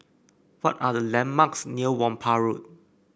what are the landmarks near Whampoa Road